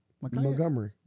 Montgomery